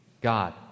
God